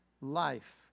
life